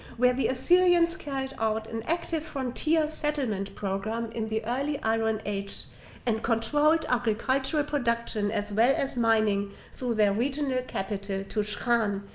where the assyrians carried out an active frontier settlement program in the early iron age and controlled agricultural production as well as mining through so their regional capital tushhan,